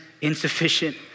insufficient